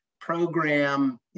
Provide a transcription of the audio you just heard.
program